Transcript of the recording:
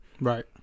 Right